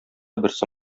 берсе